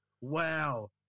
Wow